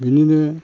बेनिनो